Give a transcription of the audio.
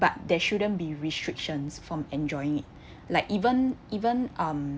but there shouldn't be restrictions from enjoying it like even even um